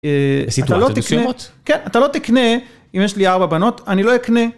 אתה לא תקנה, אם יש לי ארבע בנות, אני לא אקנה.